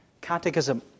Catechism